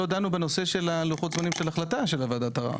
לא דנו בנושא של לוחות הזמנים של החלטה של וועדת ערר.